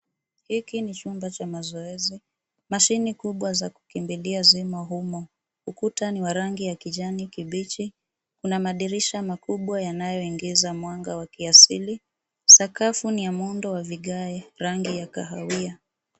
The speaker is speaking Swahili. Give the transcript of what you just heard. Hiki ni chumba cha mazoezi. Mashine kubwa za kukimbilia zimo humo. Ukuta ni wa rangi ya kijani kibichi. Kuna madirisha makubwa yanayoingiza mwanga ya kiasili. Sakafu ni ya muundo wa vigae, rangi ya kahawia.